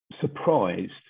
surprised